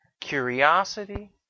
curiosity